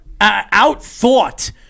out-thought